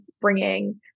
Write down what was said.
bringing